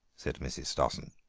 said mrs. stossen.